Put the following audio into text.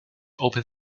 open